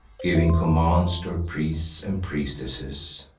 giving commands to her priests and priestesses.